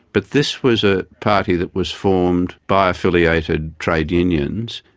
but this was a party that was formed by affiliated trade unions.